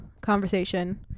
conversation